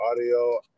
audio